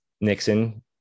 Nixon